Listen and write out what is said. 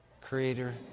Creator